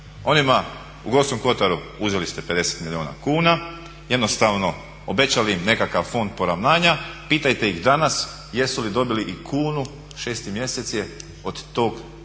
Onima u Gorskom kotaru uzeli ste 50 milijuna kuna, jednostavno obećali im nekakav fond poravnanja. Pitajte ih danas jesu li dobili i kunu, šesti mjesec je od te